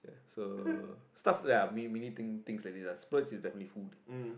so stuff ya we we need thing things like this ah splurge is definitely food